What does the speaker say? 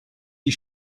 die